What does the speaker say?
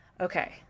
okay